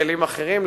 בכלים אחרים,